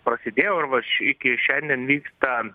prasidėjo ir va iki šiandien vyksta